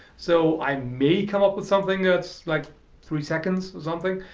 so i may come up with something that's like three seconds or something.